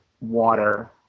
water